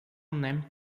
named